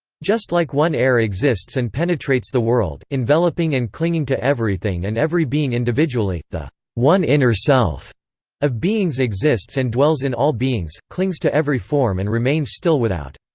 just like one air exists and penetrates the world, enveloping and clinging to everything and every being individually, the one inner self of beings exists and dwells in all beings, clings to every form and remains still without.